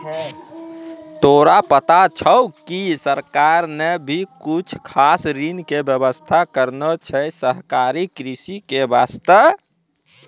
तोरा पता छौं कि सरकार नॅ भी कुछ खास ऋण के व्यवस्था करनॅ छै सहकारी कृषि के वास्तॅ